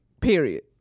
Period